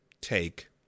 take